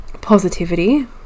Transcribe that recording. positivity